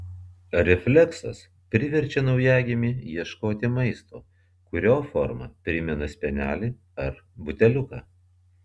refleksas priverčia naujagimį ieškoti maisto kurio forma primena spenelį ar buteliuką